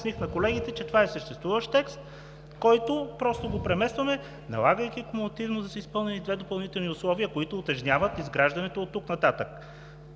обясних на колегите, че това е съществуващ текст, който просто го приемаме, налагайки кумулативно да са изпълнени и две допълнителни условия, които утежняват изграждането оттук нататък.